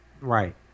Right